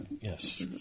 Yes